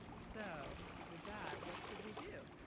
so with that, what should we do?